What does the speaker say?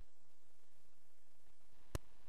"יהודית"?